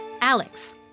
Alex